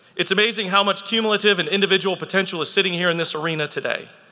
it's amazing how much cumulative and individual potential is sitting here in this arena today.